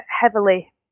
heavily